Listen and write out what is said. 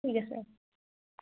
ठीक ऐ सर